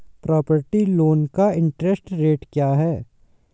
Property loan का interest rate क्या है?